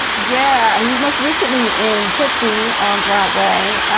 yeah, he's most recently in tootsie on broadway